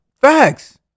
Facts